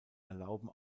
erlauben